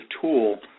tool